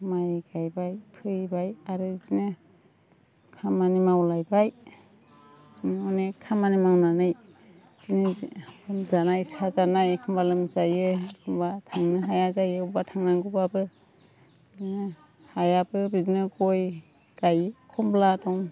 माइ गायबाय फैबाय आरो बिदिनो खामानि मावलायबाय बिदिनो अनेख खामानि मावनानै बिदिनो लोमजानाय साजानाय एखमब्ला लोमजायो एखमब्ला थांनो हाया जायो अबावबा थांनांगौबाबो बिदिनो हायाबो बिदिनो गय गायो खमला दं